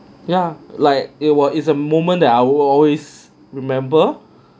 ya like it was it's a moment that I will always remember